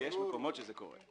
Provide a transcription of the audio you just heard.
יש מקומות שזה קורה.